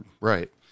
Right